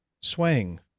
swaying